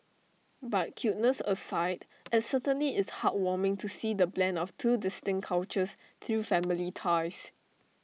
but cuteness aside IT certainly is heart warming to see the blend of two distinct cultures through family ties